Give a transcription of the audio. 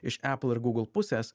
iš epal ir gūgl pusės